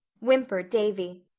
whimpered davy.